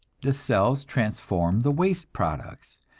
the cells transform the waste products,